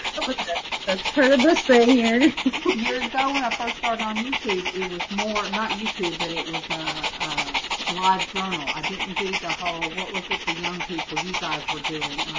ah the sort of the stay here years ago when i first started on youtube it was more not youtube, but it was a live journal i didn't do the whole. what? was it the young people you guys were doing?